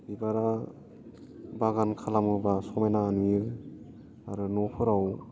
बिबारा बागान खालामोब्ला समायना नुयो आरो न'फोराव